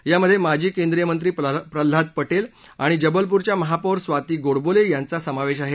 यामधे माजी केंद्रीय मंत्री प्रल्हाद पटेल आणि जबलपूरच्या महापौर स्वाती गोडबोले यांचा समावेश आहे